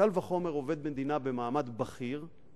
קל וחומר עובד מדינה במעמד בכיר,